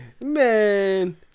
man